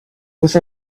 with